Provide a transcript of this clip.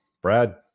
Brad